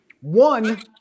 One